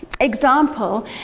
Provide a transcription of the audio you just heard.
example